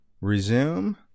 Resume